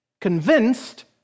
Convinced